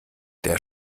der